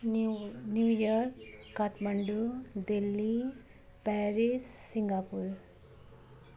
new New York Kathmandu Delhi Paris Singapore